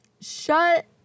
shut